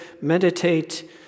meditate